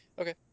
Okay